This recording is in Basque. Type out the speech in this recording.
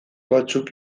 batzuk